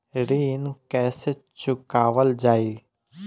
ऋण कैसे चुकावल जाई?